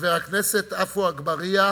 חבר הכנסת עפו אגבאריה,